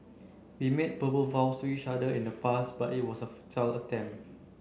we made verbal vows to each other in the past but it was a futile attempt